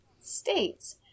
states